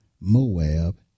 Moab